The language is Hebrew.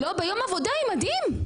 ביום עבודה, עם מדים.